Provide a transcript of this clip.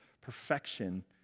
perfection